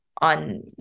on